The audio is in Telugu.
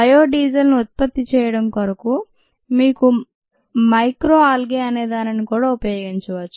బయో డీజిల్ ను ఉత్పత్తి చేయడం కొరకు మీరు మైక్రోఆల్గే అనే దానిని కూడా ఉపయోగించవచ్చు